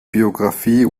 biografie